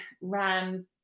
ran